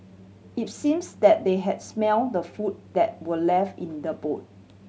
it seems that they had smelt the food that were left in the boot